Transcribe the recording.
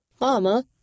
Mama